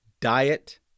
diet